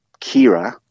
Kira